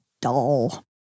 dull